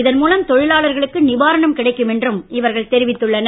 இதன் மூலம் தொழலாளர்களுக்கு நிவாரணம் கிடைக்கும் என்றும் இவர்கள் தெரிவித்துள்ளனர்